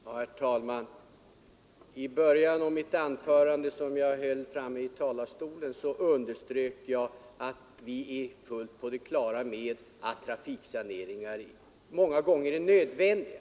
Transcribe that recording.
Herr talman! I början av mitt första anförande underströk jag att vi är fullt på det klara med att trafiksaneringar många gånger är nödvändiga.